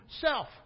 Self